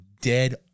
dead